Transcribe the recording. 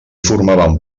formaven